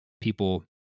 people